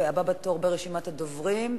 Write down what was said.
והבא בתור ברשימת הדוברים,